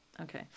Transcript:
okay